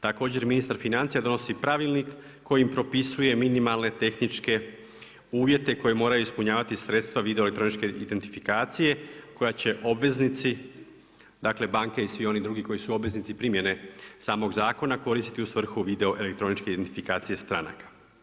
Također ministar financija donosi pravilnik kojim propisuje minimalne tehničke uvjete koje moraju ispunjavati sredstva video elektroničke identifikacije, koje će obveznici, dakle, banke i svi oni drugi koji su obveznici primjene samog zakona, koristiti u svrhu video elektroničke identifikacije stranaka.